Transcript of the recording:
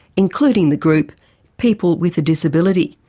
including the group people with a disability,